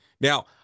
Now